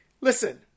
Listen